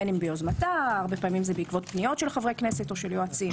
בין אם ביוזמתה והרבה פעמים זה בעקבות פניות של חברי כנסת או של יועצים.